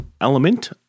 element